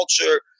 culture